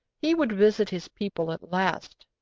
he would visit his people at last.